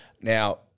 now